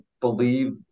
believe